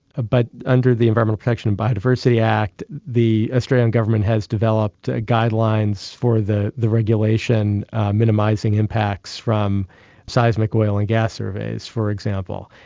but under the environmental protection and biodiversity act the australian government has developed ah guidelines for the the regulation minimising impacts from seismic oil and gas surveys, for example.